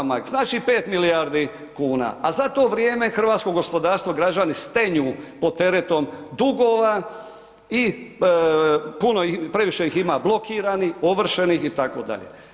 Znači 5 milijardi kuna, a za to vrijeme hrvatsko gospodarstvo, građani stenju pod teretom dugova i puno ih, previše ih ima blokiranih, ovršenih itd.